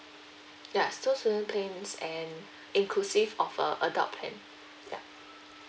ya two student plans and inclusive of a adult plan ya